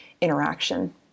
interaction